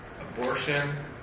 Abortion